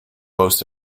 most